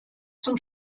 zum